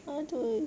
!aduh!